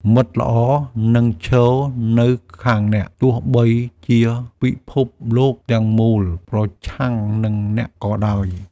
មិត្តល្អនឹងឈរនៅខាងអ្នក ទោះបីជាពិភពលោកទាំងមូលប្រឆាំងនឹងអ្នកក៏ដោយ។